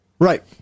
right